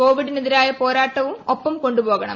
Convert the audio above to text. കോവിഡിനെതിരായ പോരാട്ടവും ഒപ്പം കൊണ്ടുപോകണം